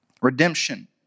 redemption